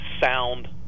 sound